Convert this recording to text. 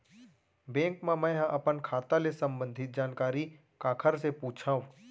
Bank मा मैं ह अपन खाता ले संबंधित जानकारी काखर से पूछव?